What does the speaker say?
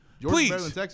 Please